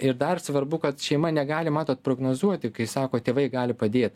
ir dar svarbu kad šeima negali matot prognozuoti kai sako tėvai gali padėt